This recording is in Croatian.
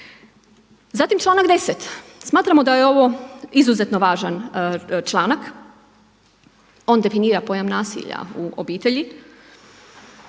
Zatim članak 10. smatramo da je ovo izuzetno važan člana, on definira pojam nasilja u obitelji,